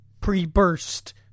Pre-burst